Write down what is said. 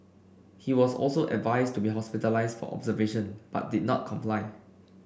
he was also advised to be hospitalised for observation but did not comply